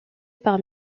par